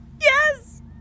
Yes